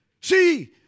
See